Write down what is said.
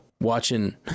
watching